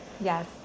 Yes